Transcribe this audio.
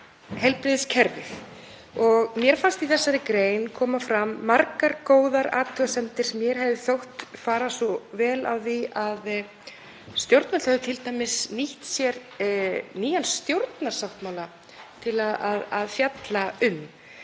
heilbrigðiskerfið. Mér fannst í þessari grein koma fram margar góðar athugasemdir sem mér hefði þótt fara vel á að stjórnvöld hefðu t.d. nýtt sér nýjan stjórnarsáttmála til að fjalla um.